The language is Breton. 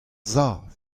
sav